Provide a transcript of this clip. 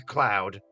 Cloud